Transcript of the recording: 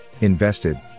invested